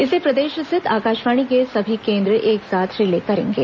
इसे प्रदेश स्थित आकाशवाणी के सभी केंद्र एक साथ रिले करेंगे